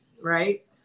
right